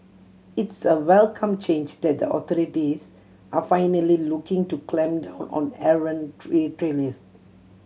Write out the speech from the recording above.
it's a welcome change that the authorities are finally looking to clamp down on errant retailers